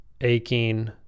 aching